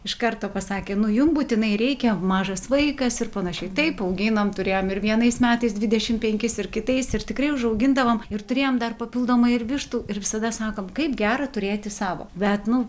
iš karto pasakė nu jum būtinai reikia mažas vaikas ir panašiai taip auginom turėjom ir vienais metais dvidešim penkis ir kitais ir tikrai užaugindavom ir turėjom dar papildomai ir vištų ir visada sakom kaip gera turėti savo bet nu